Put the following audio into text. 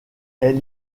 est